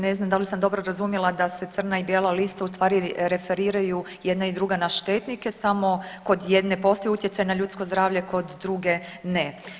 Ne znam da li sam dobro razumjela da se crna i bijela lista ustvari referiraju i jedna i druga na štetnike, samo kod jedne postoji utjecaj na ljudsko zdravlje, kod druge ne.